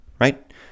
right